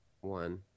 One